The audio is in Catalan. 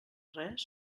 res